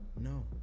No